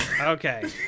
Okay